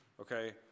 Okay